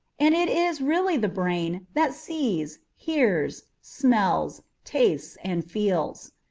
and it is really the brain that sees, hears, smells, tastes, and feels.